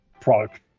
product